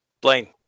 Blaine